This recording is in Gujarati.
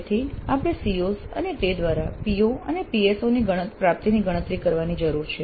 તેથી આપણે COs અને તે દ્વારા PO અને PSO ની પ્રાપ્તિની ગણતરી કરવાની જરૂર છે